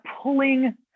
pulling